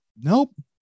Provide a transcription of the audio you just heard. Nope